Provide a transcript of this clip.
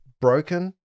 broken